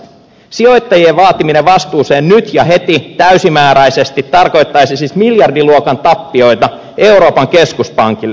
sijoittajien vaatiminen vastuuseen nyt ja heti täysimääräisesti tarkoittaisi siis miljardiluokan tappioita euroopan keskuspankille